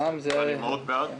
ואני מאד בעד.